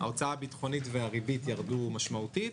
ההוצאה הביטחונית והריבית ירדו משמעותית.